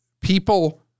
People